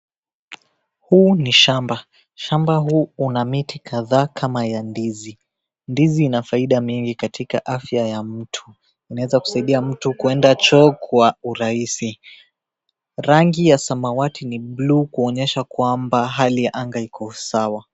Huu ni shamba. Shamba huu una miti kadhaa kama ya ndizi. Ndizi ina faida mingi katika afya ya mtu, inaeza kusaidia mtu kuenda choo kwa urahisi. Rangi ya samawati ni blue kuonyesha kwamba hali ya anga iko sawa.